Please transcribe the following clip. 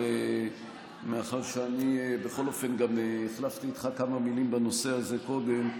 אבל מאחר שאני בכל אופן גם החלפתי איתך כמה מילים בנושא הזה קודם,